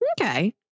okay